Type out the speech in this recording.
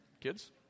kids